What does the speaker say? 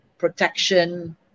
Protection